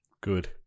Good